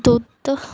ਦੁੱਧ